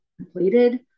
completed